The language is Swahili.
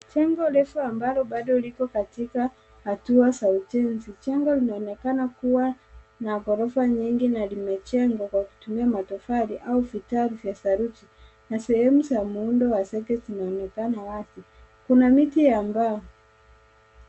Jengo refu ambalo bado liko katika hatua za ujenzi, jengo linaonekana kuwa na ghrorofa nyingi na limejengwa kwa kutumia matofali au vitaa vya saruti na sehemu za muundo wa zake zinaoonekana wazi, kuna miti ya mbao.